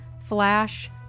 flash